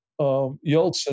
Yeltsin